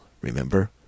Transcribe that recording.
remember